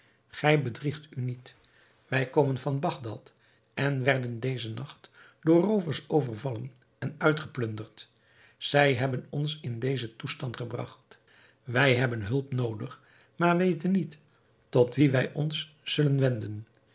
gij bedriegt u niet wij komen van bagdad en werden dezen nacht door roovers overvallen en uitgeplunderd zij hebben ons in dezen toestand gebragt wij hebben hulp noodig maar weten niet tot wien wij ons zullen wenden